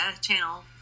channel